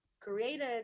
created